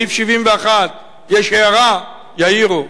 סעיף 71, יש הערה, יעירו.